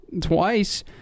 twice